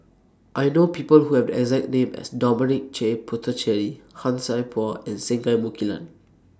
I know People Who Have The exact name as Dominic J Puthucheary Han Sai Por and Singai Mukilan